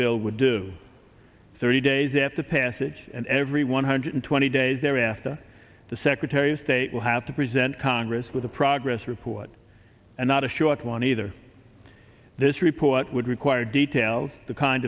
bill would do thirty days after passage and every one hundred twenty days thereafter the secretary of state will have to present congress with a progress report and not a short one either this report would require detailed the kind